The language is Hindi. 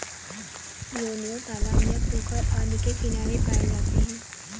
योनियों तालाब या पोखर आदि के किनारे पाए जाते हैं